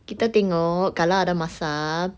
kita tengok kalau ada masa